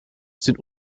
sind